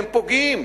הן פוגעות